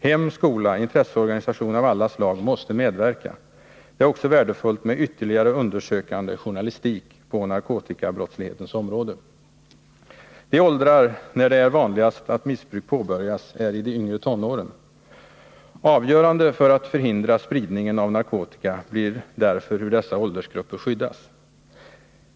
Hem, skola och intresseorganisationer av alla slag måste medverka. Det är också värdefullt med ytterligare undersökande journalistik på narkotikabrottslighetens område. Det är vanligast att missbruk påbörjas i de yngre tonåren. Avgörande för att förhindra spridningen av narkotika blir därför hur dessa åldersgrupper skyddas.